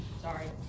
sorry